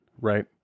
right